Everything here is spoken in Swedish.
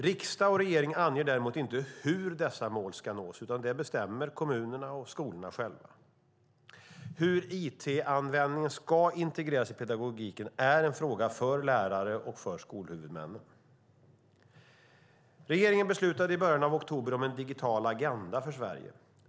Riksdag och regering anger däremot inte hur dessa mål ska nås, utan det bestämmer skolhuvudmännen och skolorna själva. Hur it-användningen ska integreras i pedagogiken är därför en fråga för lärare och skolhuvudmännen. Regeringen beslutade i början av oktober om en digital agenda för Sverige.